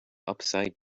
upside